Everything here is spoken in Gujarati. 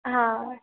હં